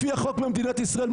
לפי החוק במדינת ישראל,